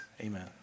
Amen